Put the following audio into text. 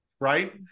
right